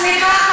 סליחה,